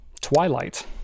twilight